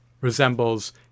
resembles